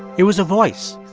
it was a voice,